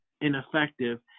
ineffective